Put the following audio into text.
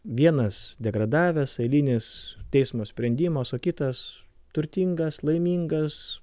vienas degradavęs eilinis teismo sprendimas o kitas turtingas laimingas